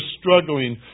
struggling